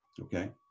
Okay